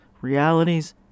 realities